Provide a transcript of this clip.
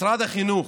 משרד החינוך,